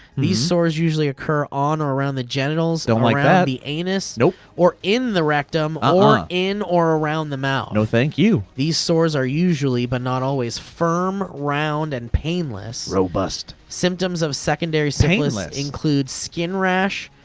these sores usually occur on or around the genitals, around like yeah the anus, nope. or in the rectum, ah or ah in or around the mouth. no thank you. these sores are usually, but not always, firm round and painless. robust. symptoms of secondary painless? syphilis include skin rash,